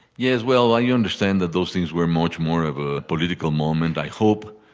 yes. well, i understand that those things were much more of a political moment, i hope.